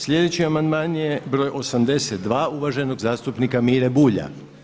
Sljedeći amandman je broj 82 uvaženog zastupnika Mire Bulja.